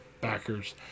backers